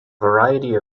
variety